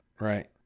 right